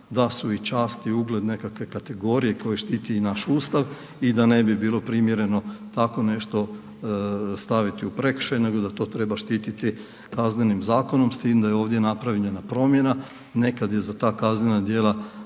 da su i čast i ugled nekakve kategorije koje štiti i naš Ustav i da ne bi bilo primjereno tako nešto staviti u prekršaj nego da to treba štititi Kaznenim zakonom, s tim da je ovdje napravljena promjena. Nekad je za ta kaznena djela